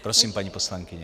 Prosím, paní poslankyně.